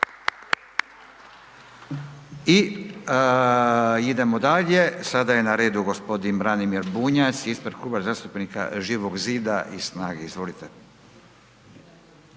I idemo dalje, sada je na redu g. Branimir Bunjac ispred Kluba zastupnika Živog zida i SNAGA-e, izvolite.